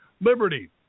Liberty